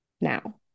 now